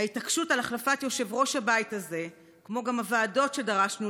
ההתעקשות על החלפת יושב-ראש הבית הזה והוועדות שדרשנו